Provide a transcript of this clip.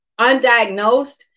undiagnosed